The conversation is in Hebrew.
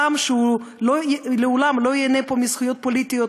לעם שלעולם לא ייהנה פה מזכויות פוליטיות,